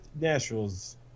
Nashville's